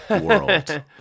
world